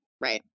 right